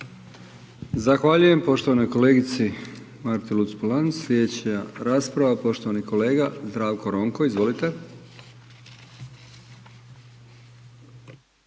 Zahvaljujem poštovanoj kolegici Marti Luc-Polanc. Slijedeća rasprava je poštovani kolega Zdravko Ronko, izvolite.